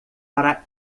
para